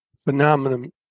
phenomenon